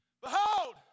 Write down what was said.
Behold